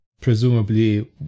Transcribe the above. presumably